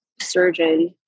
surgeon